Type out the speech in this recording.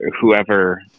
whoever